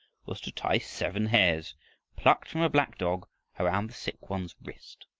was to tie seven hairs plucked from a black dog around the sick one's wrist.